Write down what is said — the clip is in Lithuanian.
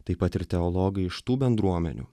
taip pat ir teologai iš tų bendruomenių